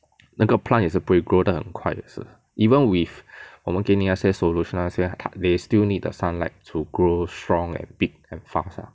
那个 plant 也是不会 grow 得很快也是 even if 我们给你那些 solution 那些 they still need the sunlight to grow strong and big and fast lah